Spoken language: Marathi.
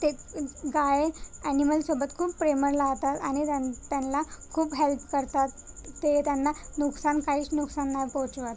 ते गाय अॅनिमलसोबत खूप प्रेमळ राहतात आणि त्यां त्यांना खूप हेल्प करतात ते त्यांना नुकसान काहीच नुकसान नाही पोचवत